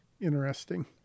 Interesting